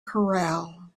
corral